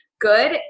Good